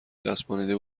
چسبانیده